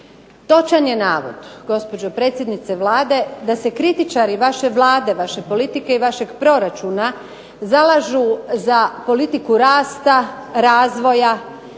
Točan je navod, gospođo predsjednice Vlade, da se kritičari vaše Vlade, vaše politike i vašeg proračuna zalažu za politiku rasta, razvoja,